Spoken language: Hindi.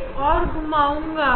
करना होगा